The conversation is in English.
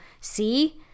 see